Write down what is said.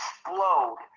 explode